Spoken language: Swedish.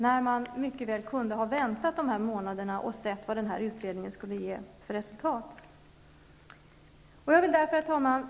Man kunde mycket väl ha väntat under dessa månader på utredningens resultat. Herr talman!